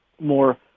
more